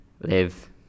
live